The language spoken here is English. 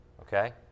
okay